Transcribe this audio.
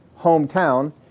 hometown